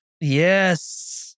Yes